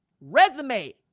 resume